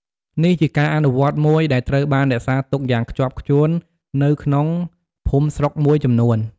នេះជាការអនុវត្តមួយដែលត្រូវបានរក្សាទុកយ៉ាងខ្ជាប់ខ្ជួននៅក្នុងភូមិស្រុកមួយចំនួន។